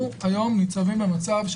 אנחנו היום ניצבים במצב,